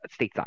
stateside